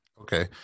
Okay